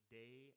day